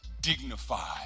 dignified